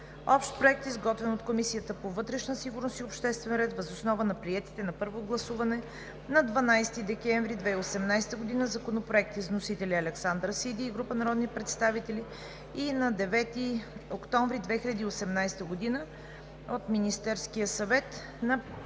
Общ проект, изготвен от Комисията по вътрешна сигурност и обществен ред, въз основа на приетите на първо гласуване на 12 декември 2018 г. законопроекти с вносители: Александър Сиди и група народни представители, 9 октомври 2018 г.; Министерския съвет, 5 ноември